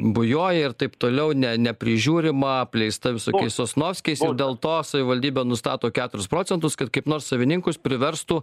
bujoja ir taip toliau ne ne neprižiūrima apleista visokiais sosnovskiais dėl to savivaldybė nustato keturis procentus kad kaip nors savininkus priverstų